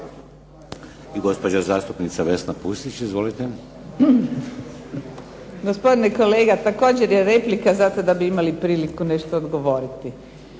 I gospođa zastupnica Vesna Pusić. Izvolite. **Pusić, Vesna (HNS)** Gospodine kolega, također je replika zato da bi imali priliku nešto odgovoriti.